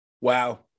Wow